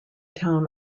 town